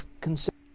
consider